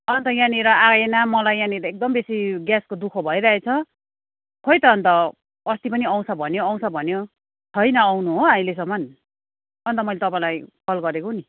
अन्त यहाँनिर आएन मलाई यहाँनिर एकदम बेसी ग्यासको दुख भइरहेछ खै त अन्त अस्ति पनि आउँछ भन्यो आउँछ भन्यो छैन आउनु हो अहिलेसम्म अन्त मैले तपाईँलाई कल गरेको नि